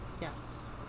Yes